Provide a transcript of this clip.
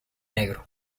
negro